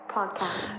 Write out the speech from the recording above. Podcast